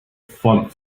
font